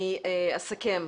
אני אסכם.,